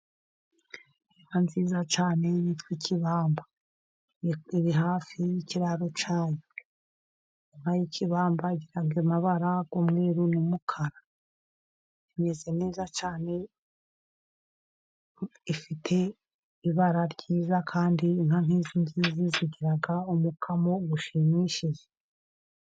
Inka nziza cyane yitwa ikibamba, iri hafi y'kiraro cyayo inka y'ikibamba igira amabara y'umweru n'umukara, imeze neza cyane, ifite ibara ryiza, kandi inka nkizi ngizi zigira umukamo ushimishije.